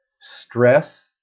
stress